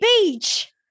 Beach